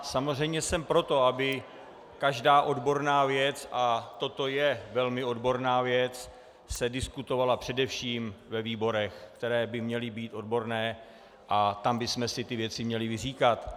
Samozřejmě jsem pro to, aby každá odborná věc, a toto je velmi odborná věc, se diskutovala především ve výborech, které by měly být odborné, a tam bychom si ty věci měli vyříkat.